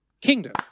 Kingdom